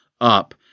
up